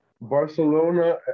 Barcelona